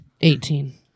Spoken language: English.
eighteen